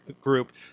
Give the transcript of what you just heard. group